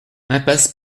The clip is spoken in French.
impasse